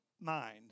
mind